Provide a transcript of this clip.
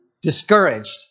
discouraged